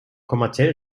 kommerziell